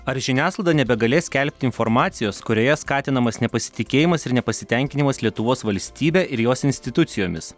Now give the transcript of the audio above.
ar žiniasklaida nebegalės skelbti informacijos kurioje skatinamas nepasitikėjimas ir nepasitenkinimas lietuvos valstybe ir jos institucijomis